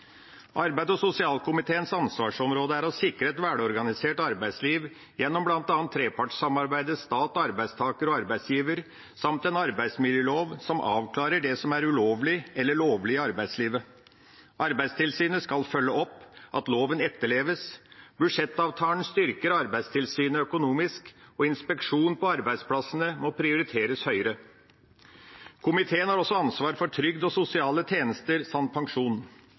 og sosialkomiteens ansvarsområde er å sikre et velorganisert arbeidsliv, bl.a. gjennom trepartssamarbeidet mellom stat, arbeidstaker og arbeidsgiver, samt en arbeidsmiljølov som avklarer det som er ulovlig eller lovlig i arbeidslivet. Arbeidstilsynet skal følge opp at loven etterleves. Budsjettavtalen styrker Arbeidstilsynet økonomisk, og inspeksjon på arbeidsplassene må prioriteres høyere. Komiteen har også ansvar for trygd og sosiale tjenester samt for pensjon.